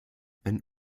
wenn